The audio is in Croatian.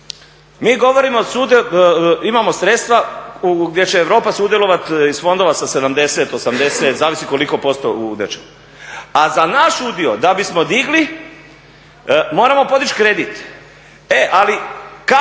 Mi govorimo imamo sredstva gdje će Europa sudjelovati iz fondova sa 70, 80 zavisi koliko posto u … a za naš udio da bismo digli moramo podići kredit, e ali kamate